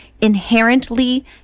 inherently